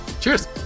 Cheers